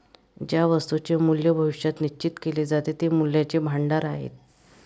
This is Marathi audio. ज्या वस्तूंचे मूल्य भविष्यात निश्चित केले जाते ते मूल्याचे भांडार आहेत